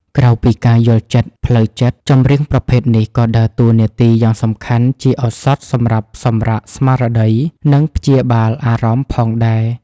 ក្រៅពីការយល់ចិត្តផ្លូវចិត្ត ចម្រៀងប្រភេទនេះក៏ដើរតួនាទីយ៉ាងសំខាន់ជាឱសថសម្រាប់សម្រាកស្មារតី និងព្យាបាលអារម្មណ៍ផងដែរ។